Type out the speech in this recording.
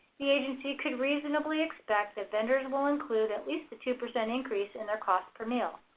the agency could reasonably expect that vendors will include at least a two percent increase in their cost per meal.